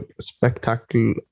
Spectacle